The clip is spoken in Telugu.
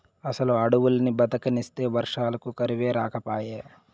అసలు అడవుల్ని బతకనిస్తే వర్షాలకు కరువే రాకపాయే